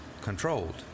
controlled